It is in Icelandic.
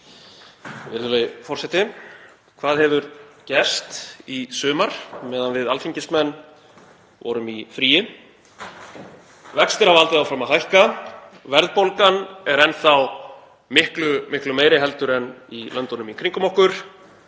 Virðulegi forseti. Hvað hefur gerst í sumar meðan við Alþingismenn vorum í fríi? Vextir hafa haldið áfram að hækka, verðbólgan er enn þá miklu meiri en í löndunum í kringum okkur